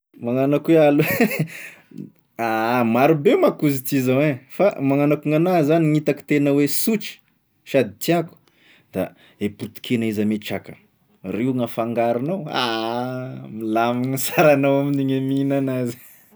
Magnano akoa, aha marobe manko izy ty zao e, fa magnano akoa gnan'ahy gn'itako tena hoe sotry sady tiàko da e potikena izy ame traka, r'io gn'afangaronao, ah! Milamigny sara anao amin'igny e mihina an'azy.